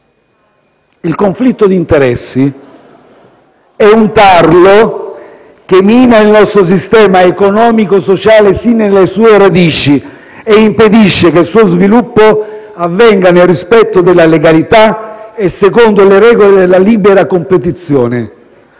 il conflitto d'interessi, esso è un tarlo che mina il nostro sistema economico e sociale sin nelle sue radici e impedisce che il suo sviluppo avvenga nel rispetto della legalità e secondo le regole della libera competizione.